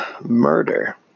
Murder